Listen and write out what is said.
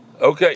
Okay